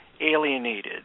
alienated